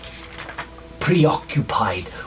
preoccupied